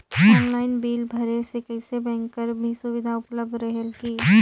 Online bill भरे से कइसे बैंक कर भी सुविधा उपलब्ध रेहेल की?